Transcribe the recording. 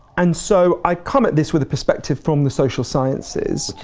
and so, i come at this with a perspective from the social sciences.